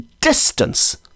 distance